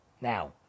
Now